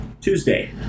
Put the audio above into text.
Tuesday